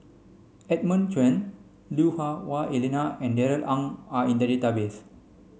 Edmund Cheng Lui Hah Wah Elena and Darrell Ang are in the database